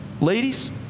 Ladies